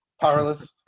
powerless